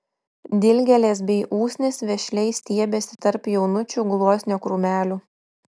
dilgėlės bei usnys vešliai stiebėsi tarp jaunučių gluosnio krūmelių